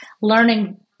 learning